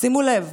שימו לב,